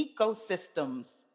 ecosystems